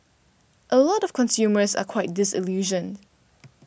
a lot of consumers are quite disillusioned